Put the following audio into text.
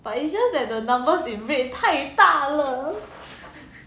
but it's just that the numbers in red 太大了